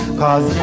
cause